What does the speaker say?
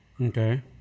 Okay